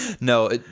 No